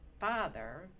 father